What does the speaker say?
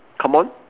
come on